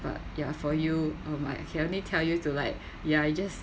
but ya for you uh my I can only tell you to like ya you just